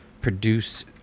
produce